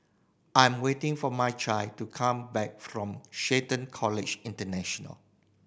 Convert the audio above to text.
I am waiting for Mychal to come back from Shelton College International